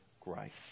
grace